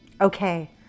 Okay